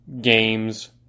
games